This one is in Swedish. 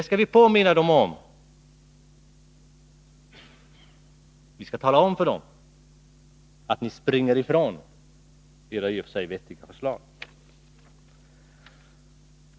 Men vi skall påminna dem om att ni springer ifrån ert i och för sig vettiga förslag.